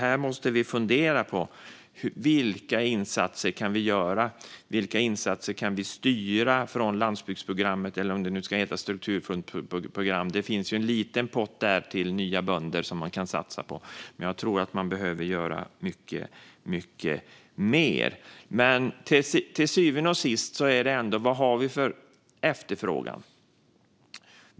Här måste vi fundera på vilka insatser vi kan göra och vilka insatser vi kan styra från landsbygdsprogrammet, eller om det nu ska heta strukturfondsprogram. Det finns ju en liten pott där till nya bönder som man kan satsa på, men jag tror att vi behöver göra mycket mer. Till syvende och sist handlar det ändå om vad vi har för efterfrågan.